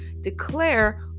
declare